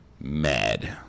mad